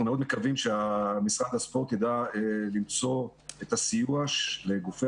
אנחנו מאוד מקווים שמשרד הספורט יידע למצוא את הסיוע לגופי